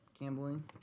gambling